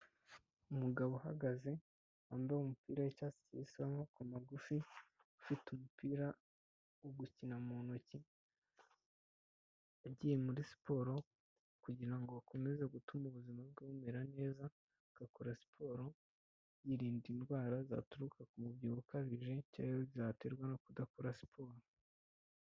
Umugabo uhagaze wambaye umupira w'icyatsi kibisi w'amaboko magufi, ufite umupira wo gukina mu ntoki, ugiye muri siporo kugira ngo akomeze gutuma ubuzima bwe bumera neza, agakora siporo yirinda indwara zaturuka ku mubyibuho ukabije cyangwa zaterwa no kudakora siporo.